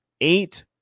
Eight